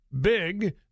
big